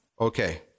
okay